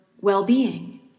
well-being